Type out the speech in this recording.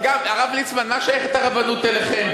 הרב ליצמן, מה שייכת הרבנות אליכם?